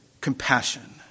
compassion